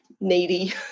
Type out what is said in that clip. needy